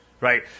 right